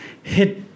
hit